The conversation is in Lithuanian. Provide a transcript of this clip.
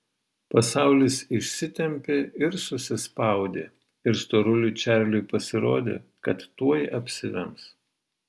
pasaulis išsitempė ir susispaudė ir storuliui čarliui pasirodė kad tuoj apsivems